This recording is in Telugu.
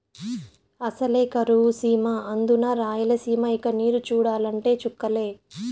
అసలే కరువు సీమ అందునా రాయలసీమ ఇక నీరు చూడాలంటే చుక్కలే